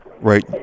right